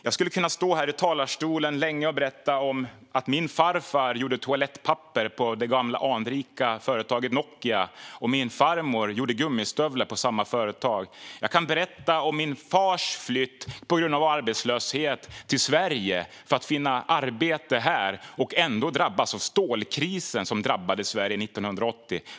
Jag skulle kunna stå här i talarstolen länge och berätta att min farfar gjorde toalettpapper på det gamla anrika företaget Nokia och att min farmor gjorde gummistövlar på samma företag. Jag kan berätta om min fars flytt på grund av arbetslöshet till Sverige för att finna arbete här och att han ändå drabbades av stålkrisen i Sverige 1980.